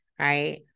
right